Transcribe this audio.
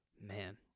man